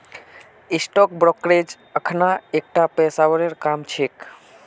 stock brokerage अखना एकता पेशेवर काम छिके